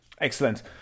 excellent